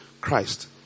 Christ